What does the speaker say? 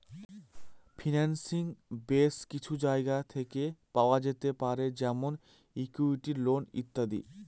financing base কিছু জায়গা থেকে পাওয়া যেতে পারে যেমন ইকুইটি, লোন ইত্যাদি